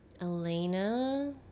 Elena